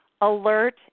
alert